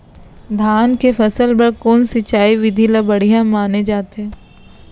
धान के फसल बर कोन सिंचाई विधि ला बढ़िया माने जाथे?